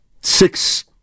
six